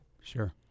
Sure